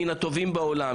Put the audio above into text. מהטובים בעולם,